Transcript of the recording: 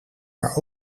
maar